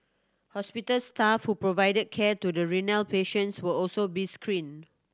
hospital staff who provided care to the renal patients will also be screened